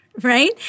right